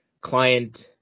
client